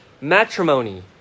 matrimony